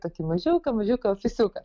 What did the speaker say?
tokį mažiuką mažiuką ofisiuką